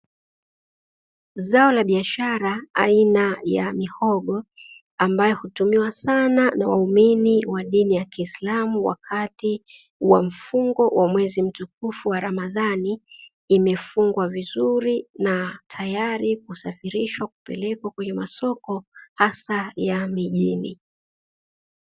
Zao la biashara aina ya mihogo ambayo hutumiwa sana na waumini wa dini ya kiislamu wakati wa mfungo wa mwezi mtukufu wa ramadhani, imefungwa vizuri na tayari kusafirishwa kupelekwa kwenye masoko hasa ya mijini.